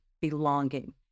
belonging